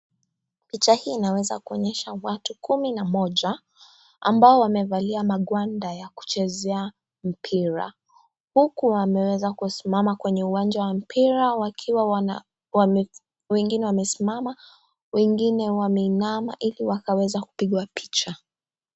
Picha hii inaweza kuonyesha watu kumi na moja ambao wamevalia magwanda ya kuchezea mpira, hukuwa wameweza kusimama kwenye uwanja wa mpira wakiwa wana wengine wamesimama, wengine wameinama ili wakaweze kupigwa picha.